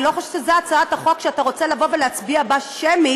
אני לא חושבת שזו הצעת החוק שאתה רוצה להצביע בה שמית,